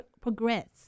Progress